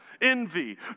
envy